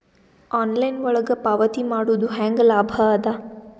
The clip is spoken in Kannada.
ಆನ್ಲೈನ್ ಒಳಗ ಪಾವತಿ ಮಾಡುದು ಹ್ಯಾಂಗ ಲಾಭ ಆದ?